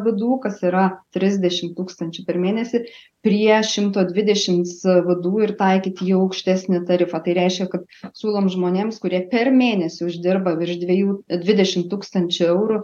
vdu kas yra trisdešim tūkstančių per mėnesį prie šimto dvidešims vdu ir taikyti jau aukštesnį tarifą tai reiškia kad siūlom žmonėms kurie per mėnesį uždirba virš dviejų dvidešim tūkstančių eurų